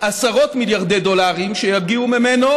עשרות מיליארדי דולרים שיגיעו ממנו,